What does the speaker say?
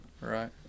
Right